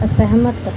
ਅਸਹਿਮਤ